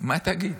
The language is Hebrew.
מה תגיד?